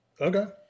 okay